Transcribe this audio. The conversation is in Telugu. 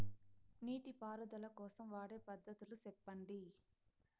నీటి పారుదల కోసం వాడే పద్ధతులు సెప్పండి?